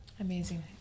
Amazing